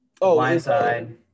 Blindside